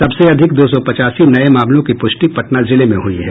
सबसे अधिक दो सौ पचासी नये मामलों की पुष्टि पटना जिले में हुई हैं